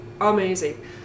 amazing